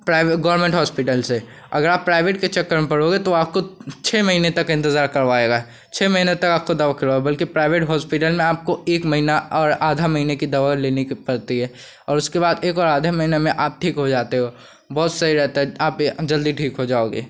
प्राइ government hospital से अगर आप प्राइवेट के चक्कर में पड़ोगे तो आपको छः महीने तक इंतज़ार करवाएगा छः महीने तक आपको दवा करवा बल्कि प्राइवेट होस्पिटल में आपको एक महीना और आधे महीने की दवा लेने की पड़ती है और उसके बाद एक और आधे महीने में आप ठीक हो जाते हो बहुत सही रहता है आप जल्दी ठीक हो जाओगे